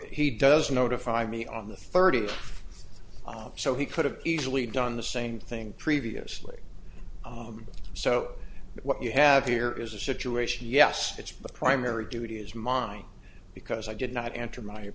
he does notify me on the thirtieth so he could have easily done the same thing previously so what you have here is a situation yes it's the primary duty is mine because i did not enter my